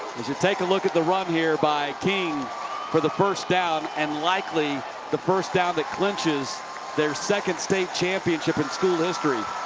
as you take a look at the run here by king for the first down and likely the first down that clinches their second state championship in school history.